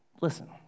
Listen